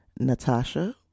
Natasha